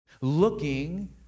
Looking